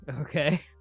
Okay